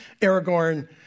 Aragorn